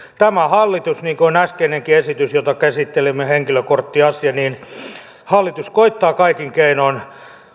tämä hallitus niin kuin kertoo äskeinenkin esitys jota käsittelimme henkilökorttiasia koettaa kaikin keinoin